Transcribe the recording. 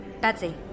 Betsy